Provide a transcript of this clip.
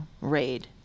raid